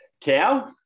Cow